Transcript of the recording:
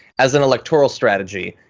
as an electoral strategy,